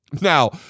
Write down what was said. Now